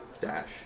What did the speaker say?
dash